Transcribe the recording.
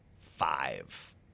five